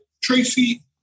Tracy